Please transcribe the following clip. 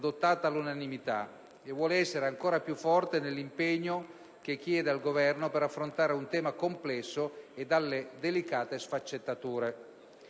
adottata all'unanimità) e vuole ribadire con maggiore forza l'impegno che chiede al Governo per affrontare un tema complesso e dalle delicate sfaccettature.